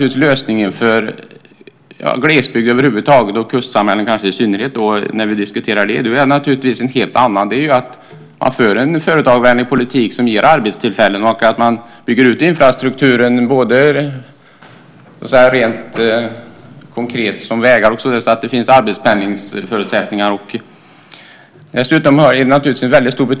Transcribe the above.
Lösningen för glesbygden över huvud taget och kustsamhällen i synnerhet är en helt annan, nämligen att föra en företagarvänlig politik som ger arbetstillfällen, att infrastrukturen byggs ut, rent konkret vägar, så att det finns förutsättningar för arbetspendling.